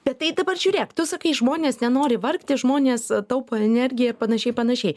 bet tai dabar žiūrėk tu sakai žmonės nenori vargti žmonės taupo energiją ir panašiai panašiai